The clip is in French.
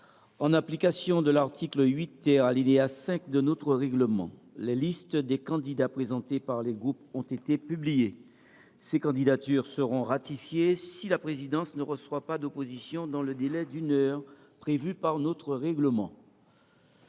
En application de l’article 8 , alinéa 5, de notre règlement, les listes des candidats présentés par les groupes ont été publiées. Ces candidatures seront ratifiées si la présidence ne reçoit pas d’opposition dans le délai d’une heure prévu par notre règlement.